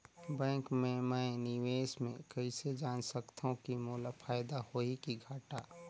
Bank मे मैं निवेश मे कइसे जान सकथव कि मोला फायदा होही कि घाटा?